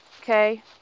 Okay